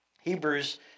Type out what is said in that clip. Hebrews